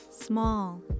small